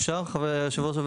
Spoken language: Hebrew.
אפשר, היושב-ראש?